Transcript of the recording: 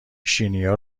شیرینیا